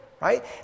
right